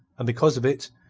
and because of it,